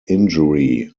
injury